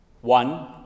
One